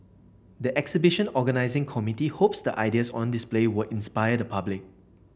the exhibition organising committee hopes the ideas on display would inspire the public